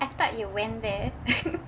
I thought you went there